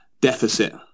deficit